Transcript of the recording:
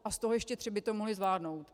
A z toho ještě tři by to mohla zvládnout.